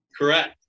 Correct